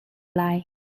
lai